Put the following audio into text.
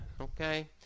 Okay